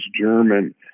German